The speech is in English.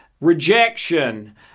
Rejection